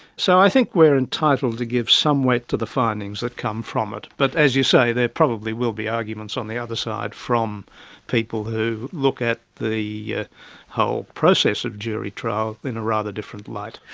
so i think we are entitled to give some weight to the findings that come from it. but as you say, there probably will be arguments on the other side from people who look at the ah whole process of jury trials in a rather different light.